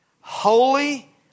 holy